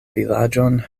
vilaĝon